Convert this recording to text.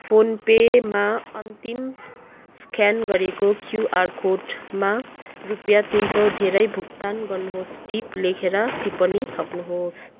phone पेमा अन्तिम scan गरेको क्युआर कोडमा रुपियाँ तिन सौ धेरै भुक्तान गर्नुहोस् टिप लेखेर टिप्पणी थप्नुहोस्